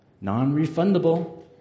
non-refundable